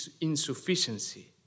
insufficiency